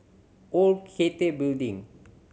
Old Cathay Building